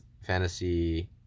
fantasy